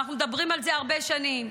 ואנחנו מדברים על זה הרבה שנים.